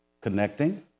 Connecting